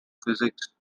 physics